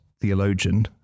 theologian